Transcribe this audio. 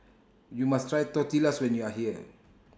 YOU must Try Tortillas when YOU Are here